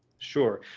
sure,